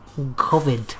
COVID